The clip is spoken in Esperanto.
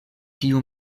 tiu